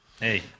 Hey